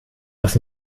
das